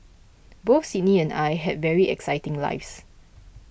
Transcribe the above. both Sydney and I had very exciting lives